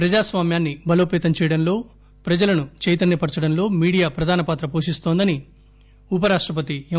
ప్రజాస్వామ్యాన్ని బలోపతం చేయడంలో ప్రజలను చైతన్య పరచడంలో మీడియా ప్రధానపాత్ర పోషిస్తోందని ఉపరాష్టపతి ఎం